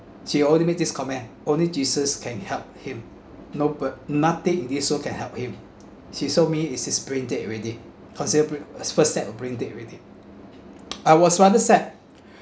she only made this comment only jesus can help him no but nothing in this world can help him she told me is he's brain dead already considered bra~ first step of brain dead already I was rather sad